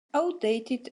outdated